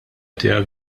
tiegħek